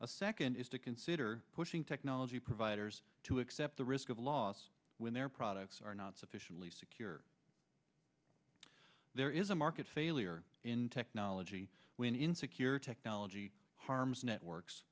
a second is to consider pushing technology providers to accept the risk of loss when their products are not sufficiently secure there is a market failure in technology when in secure technology harms networks